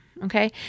Okay